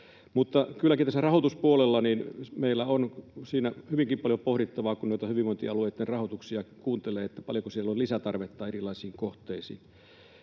Kylläkin tässä rahoituspuolella meillä on hyvinkin paljon pohdittavaa, kun noita hyvinvointialueitten rahoituksia kuuntelee, paljonko siellä on lisätarvetta erilaisiin kohteisiin.